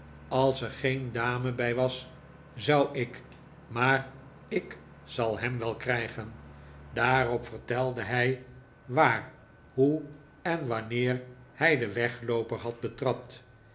als er geen dame bij was zou ik maar ik zal hem wel krijgen daarop vertelde hij waar hoe en wanneer hij den weglooper had betrapt